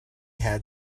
had